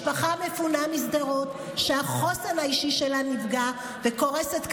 משפחה מפונה משדרות שהחוסן האישי שלה נפגע והיא קורסת כלכלית.